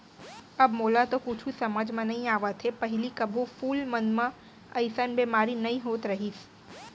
अब मोला तो कुछु समझ म नइ आवत हे, पहिली कभू फूल मन म अइसन बेमारी नइ होत रहिस